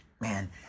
Man